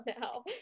now